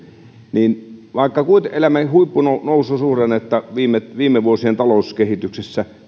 niin vaikka kuinka elämme huippunoususuhdannetta viime viime vuosien talouskehityksessä